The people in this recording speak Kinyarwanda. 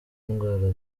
ndwara